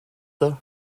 takes